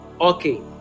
okay